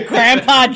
Grandpa